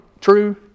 true